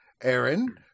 Aaron